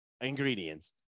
ingredients